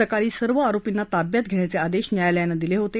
सकाळी सर्व आरोपींना ताब्यात घेण्याचे आदेश न्यायालयानं दिले होते